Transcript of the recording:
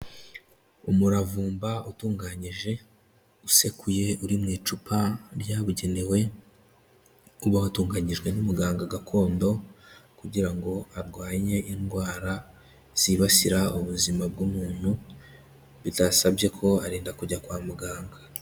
Umuravumba utunganyije, usekuye uri mu icupa ryabugenewe, uba watunganyijwe n'umuganga gakondo, kugira ngo arwanye indwara zibasira ubuzima bw'umuntu, bidasabye ko arinda kujya kwa muganga.